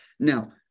Now